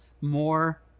more